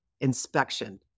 inspection